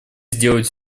сделать